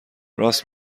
راست